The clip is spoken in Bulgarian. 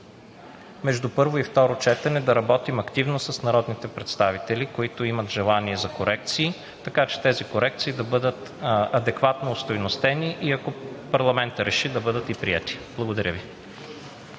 между първо и второто четене да работим активно с народните представители, които имат желание за корекции, така че тези корекции да бъдат адекватно остойностени и ако парламентът реши, да бъдат приети. Благодаря Ви.